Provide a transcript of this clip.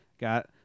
got